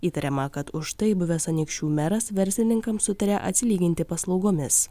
įtariama kad už tai buvęs anykščių meras verslininkams sutarė atsilyginti paslaugomis